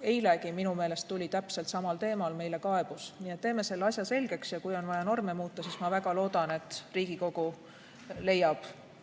Minu meelest eilegi tuli meile täpselt samal teemal kaebus, nii et teeme selle asja selgeks. Ja kui on vaja norme muuta, siis ma väga loodan, et Riigikogu leiab